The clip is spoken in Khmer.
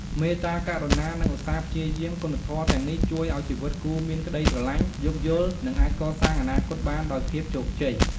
មេត្តា ករុណា និងឧស្សាហ៍ព្យាយាម គុណធម៌ទាំងនេះជួយឱ្យជីវិតគូមានក្តីស្រឡាញ់ យោគយល់ និងអាចកសាងអនាគតបានដោយភាពជោគជ័យ។